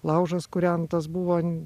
laužas kurentas buvo